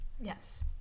Yes